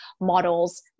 models